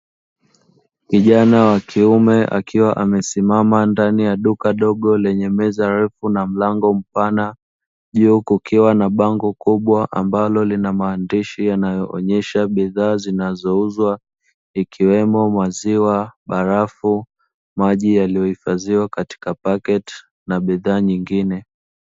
Kijana wa kiume akiwa amesimama ndani ya duka dogo lenye meza ndefu na mlango mpana, juu kukiwa na bango kubwa ambalo lina maandishi yanayoonesha bidhaa zinazouzwa ikiwemo: maziwa, barafu, maji yaliyoifadhiwa katika paketi na bidhaa nyingine.